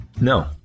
No